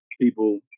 people